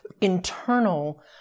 internal